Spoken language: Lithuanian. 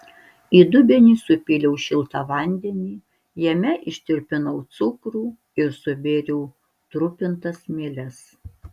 į dubenį supyliau šiltą vandenį jame ištirpinau cukrų ir subėriau trupintas mieles